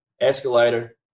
Escalator